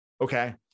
Okay